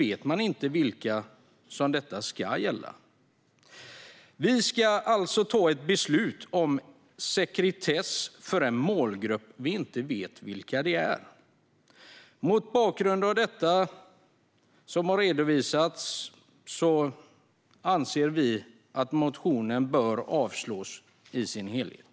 Vet man inte vilka det ska gälla? Vi ska alltså ta beslut om sekretess för en målgrupp som vi inte vet vilken den är. Mot bakgrund av det som har redovisats anser vi i Sverigedemokraterna att förslaget bör avslås i sin helhet.